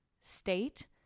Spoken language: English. state